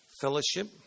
fellowship